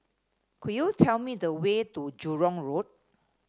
could you tell me the way to Jurong Road